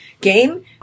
game